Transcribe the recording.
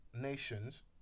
nations